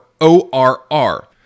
ORR